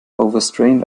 overstrained